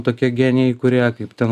tokie genijai kurie kaip ten